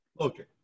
Okay